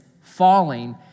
falling